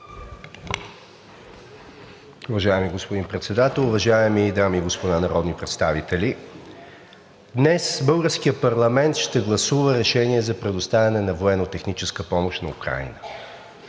Уважаеми господин Председател, уважаеми дами и господа народни представители! Днес българският парламент ще гласува решение за предоставяне на военно техническа помощ на Украйна.